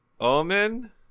Omen